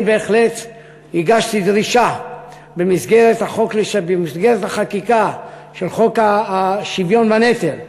הגשתי דרישה במסגרת החקיקה של חוק השוויון בנטל,